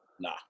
Nah